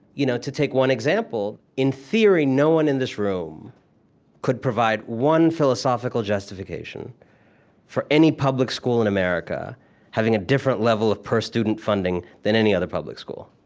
you know to take one example in theory, no one in this room could provide one philosophical justification for any public school in america having a different level of per-student funding than any other public school.